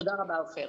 תודה רבה לכם.